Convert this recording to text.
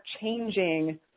changing